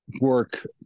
work